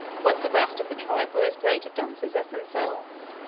whether the rest of the tribe were as great dunces as themselves?